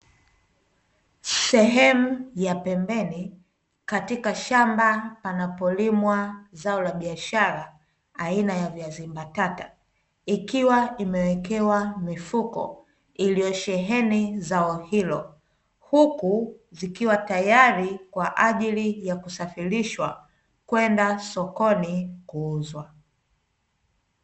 Sehemu ya pembeni, katika shamba poanapolimwa zao la biashara aina ya viazi mbatata, ikiwa imewekewa mifuko iliyosheheni zao hilo huku, zikiwa tayari kwa ajili ya kusafirishwa kwenda sokoni kuuzwa.